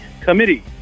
Committee